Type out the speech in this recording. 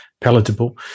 palatable